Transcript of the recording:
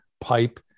pipe